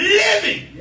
living